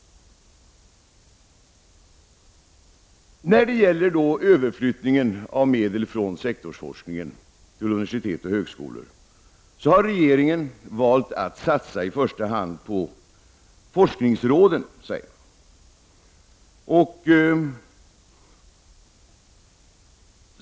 När det gäller överflyttning av medel från sektorsforskningen till universitet och högskolor har regeringen valt att satsa i första hand på forskningsråden.